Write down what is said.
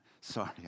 Sorry